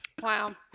Wow